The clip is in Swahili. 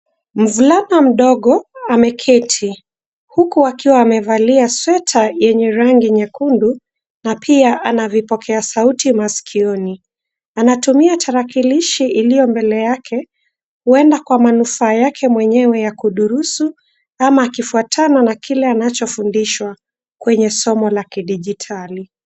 Mvulana mdogo ameketi. Huku akiwa amevalia sweta ya rangi nyekundu na pia anavipokea sauti masikioni. Anatumia tarakilishi iliyo mbele yake, huenda kwa manufaa yake mwenyewe ya kudurusu ama akifuatana na kile anachofundishwa kwenye somo la kidigitali.